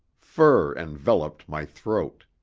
fur enveloped my throat.